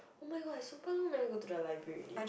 oh-my-god I super long never go to the library already